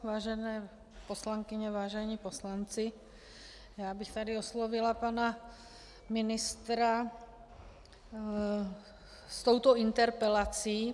Vážené poslankyně, vážení poslanci, já bych tady oslovila pana ministra s touto interpelací.